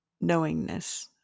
knowingness